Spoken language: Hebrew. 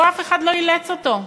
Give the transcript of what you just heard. פה אף אחד לא אילץ אותו,